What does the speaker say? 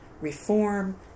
reform